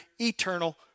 eternal